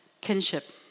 kinship